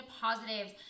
positives